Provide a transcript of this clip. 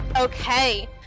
Okay